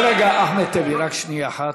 רק רגע, אחמד טיבי, תן לי רק שנייה אחת.